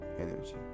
Energy